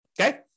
Okay